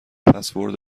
پسورد